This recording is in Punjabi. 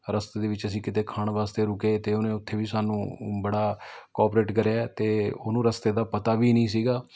ਰਸਤੇ ਦੇ ਵਿੱਚ ਅਸੀਂ ਕਿਤੇ ਖਾਣ ਵਾਸਤੇ ਰੁਕੇ ਅਤੇ ਉਹਨੇ ਉੱਥੇ ਵੀ ਸਾਨੂੰ ਬੜਾ ਕੋਪਰੇਟ ਕਰਿਆ ਅਤੇ ਉਹਨੂੰ ਰਸਤੇ ਦਾ ਪਤਾ ਵੀ ਨਹੀਂ ਸੀ